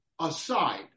aside